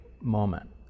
moment